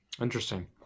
Interesting